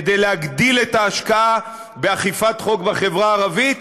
כדי להגדיל את ההשקעה באכיפת חוק בחברה הערבית?